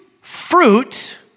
fruit